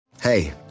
Hey